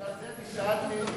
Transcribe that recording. בגלל זה אני שאלתי,